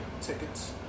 tickets